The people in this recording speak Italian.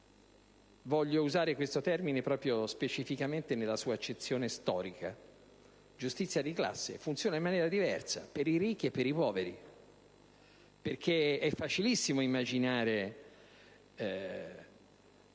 Voglio usare questo termine proprio specificatamente nella sua accezione storica: la giustizia di classe funziona in maniera diversa per i ricchi e per i poveri, perché è facilissimo immaginare